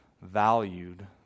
valued